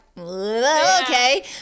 okay